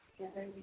together